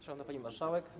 Szanowna Pani Marszałek!